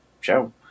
show